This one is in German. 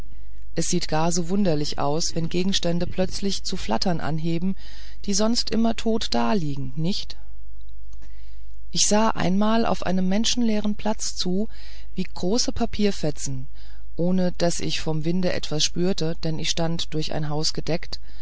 es sieht gar so wunderlich aus wenn gegenstände plötzlich zu flattern anheben die sonst immer tot daliegen nicht ich sah einmal auf einem menschenleeren platz zu wie große papierfetzen ohne daß ich vom winde etwas spürte denn ich stand durch ein haus